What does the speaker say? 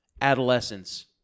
adolescence